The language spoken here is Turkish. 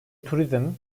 turizm